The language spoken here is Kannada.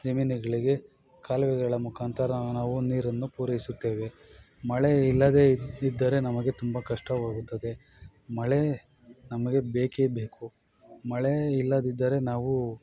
ಜಮೀನುಗಳಿಗೆ ಕಾಲುವೆಗಳ ಮುಖಾಂತರ ನಾವು ನೀರನ್ನು ಪೂರೈಸುತ್ತೇವೆ ಮಳೆ ಇಲ್ಲದೇ ಇದ್ದು ಇದ್ದರೆ ನಮಗೆ ತುಂಬ ಕಷ್ಟವಾಗುತ್ತದೆ ಮಳೆ ನಮಗೆ ಬೇಕೇ ಬೇಕು ಮಳೆ ಇಲ್ಲದಿದ್ದರೆ ನಾವು